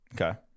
Okay